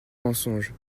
mensonges